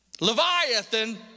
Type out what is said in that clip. Leviathan